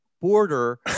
border